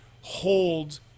hold